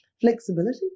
Flexibility